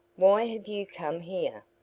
why have you come here?